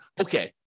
okay